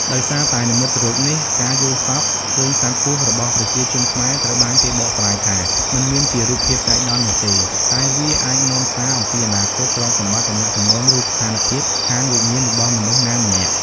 ដោយសារតែនិមិត្តរូបនេះ ការយល់សប្តិឃើញសត្វពស់របស់ប្រជាជនខ្មែរត្រូវបានគេបកស្រាយថា មិនមានជារូបភាពចៃដន្យនោះទេ តែវាអាចនាំសារអំពីអនាគត ទ្រព្យសម្បត្តិ ទំនាក់ទំនង ឬស្ថានភាពខាងវិញ្ញាណរបស់មនុស្សណាម្នាក់។